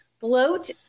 Bloat